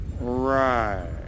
Right